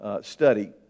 study